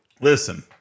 Listen